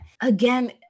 again